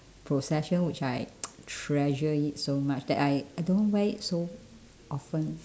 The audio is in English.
possession which I treasure it so much that I I don't wear it so often